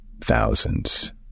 thousands